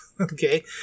Okay